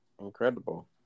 Incredible